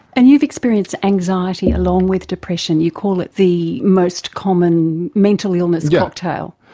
and you've experienced anxiety along with depression. you call it the most common mental illness cocktail.